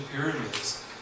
pyramids